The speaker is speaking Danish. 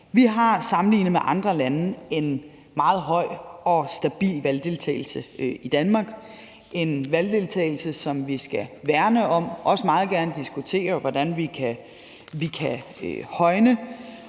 Vi har sammenlignet med andre lande en meget høj og stabil valgdeltagelse i Danmark. Det er en valgdeltagelse, som vi skal værne om og også meget gerne diskutere hvordan vi kan højne.